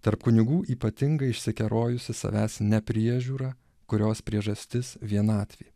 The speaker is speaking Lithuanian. tarp kunigų ypatingai išsikerojusi savęs nepriežiūra kurios priežastis vienatvė